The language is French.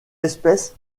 espèce